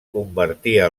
convertia